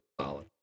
solid